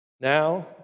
Now